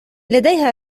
لديها